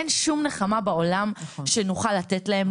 אין שום נחמה בעולם שנוכל לתת להם,